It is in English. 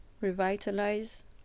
revitalize